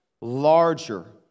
larger